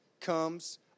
comes